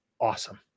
awesome